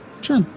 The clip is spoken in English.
Sure